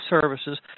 services